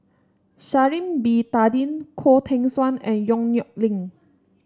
Sha'ari Bin Tadin Khoo Teng Soon and Yong Nyuk Lin